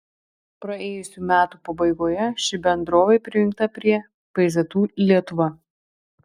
praėjusių metų pabaigoje ši bendrovė prijungta prie pzu lietuva